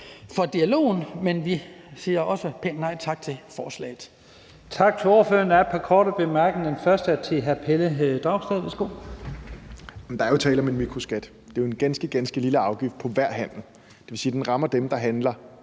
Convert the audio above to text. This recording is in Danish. for dialogen, men vi siger også pænt nej tak til